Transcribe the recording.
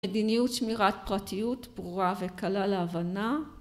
מדיניות שמירת פרטיות ברורה וקלה להבנה